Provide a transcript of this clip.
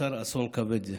יצר אסון כבד זה.